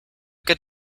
good